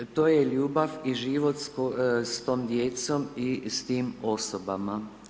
To je ljubav i život s tom djecom i s tim osobama.